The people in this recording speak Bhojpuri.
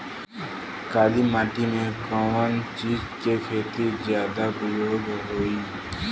काली माटी में कवन चीज़ के खेती ज्यादा उपयोगी होयी?